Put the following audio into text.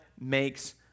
makes